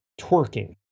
twerking